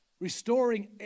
restoring